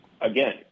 again